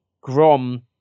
Grom